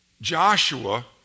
Joshua